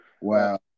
wow